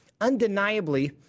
undeniably